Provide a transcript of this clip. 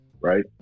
right